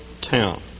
town